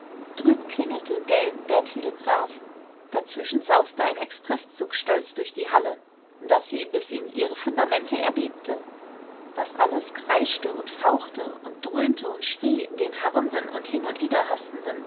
drüben klingelte gellend der telegraph dazwischen sauste ein expreßzug stolz durch die halle daß sie bis in ihre fundamente erbebte das alles kreischte und fauchte und dröhnte und schrie den harrenden und hinund widerhastenden